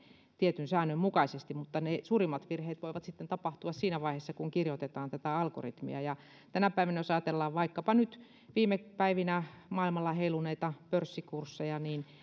tietyn säännön mukaisesti vaan ne suurimmat virheet voivat sitten tapahtua siinä vaiheessa kun kirjoitetaan tätä algoritmia tänä päivänä jos ajatellaan vaikkapa nyt viime päivinä maailmalla heiluneita pörssikursseja niin